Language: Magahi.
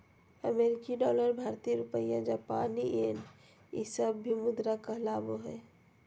अमेरिकी डॉलर भारतीय रुपया जापानी येन ई सब भी मुद्रा कहलाबो हइ